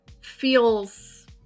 feels